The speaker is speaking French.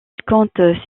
compte